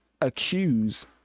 accuse